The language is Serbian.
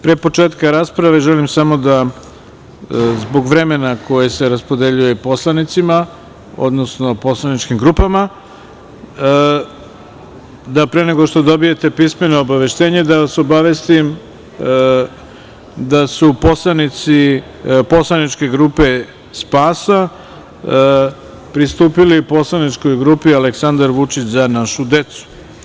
Pre početka rasprave, želim samo da, zbog vremena koje se raspodeljuje poslanicima, odnosno poslaničkim grupama, pre nego što dobijete pismeno obaveštenje, da vas obavestim da su poslanici poslaničke grupe SPAS pristupili poslaničkoj grupi "Aleksandar Vučić - Za našu decu"